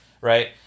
Right